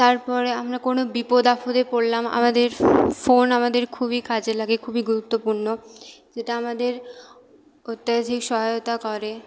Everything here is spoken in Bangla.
তারপরে আমরা কোনো বিপদ আপদে পরলাম আমাদের ফোন আমাদের খুবই কাজে লাগে খুবই গুরুত্বপূর্ণ যেটা আমাদের অত্যাধিক সহয়তা করে